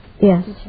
Yes